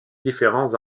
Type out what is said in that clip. différents